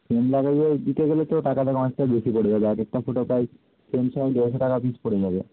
frame দিতে গেলে তো টাকাটা অনেকটা বেশি পড়ে যাবে এক একটা ফোটো প্রায় ফ্রেম সহ দেড়শো টাকা পিস পড়ে যাবে